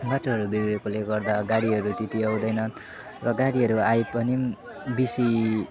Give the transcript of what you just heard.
बाटोहरू बिग्रेकोले गर्दा गाडीहरू त्यति आउँदैन र गाडीहरू आए पनि बेसी